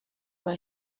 war